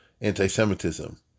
anti-Semitism